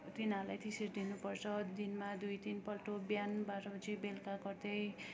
तिनीहरूलाई त्यसरी दिनुपर्छ दिनमा दुई तिनपल्ट बिहान बाह्र बजे बेलुका गर्दै